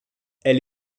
elle